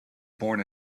born